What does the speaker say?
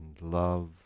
love